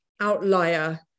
outlier